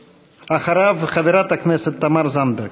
אחריו, חברת הכנסת תמר זנדברג.